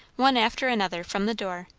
one after another, from the door,